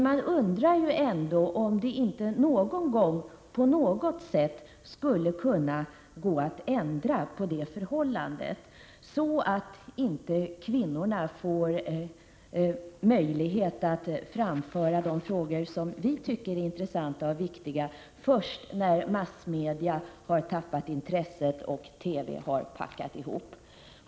Man undrar ändock om det inte någon gång på något sätt skulle kunna gå att ändra på det förhållandet, så att inte vi kvinnor får möjlighet att framföra de frågor som vi tycker är intressanta och viktiga först när massmedia har tappat intresset och TV har packat ihop.